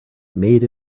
made